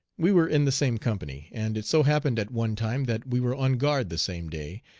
we were in the same company, and it so happened at one time that we were on guard the same day,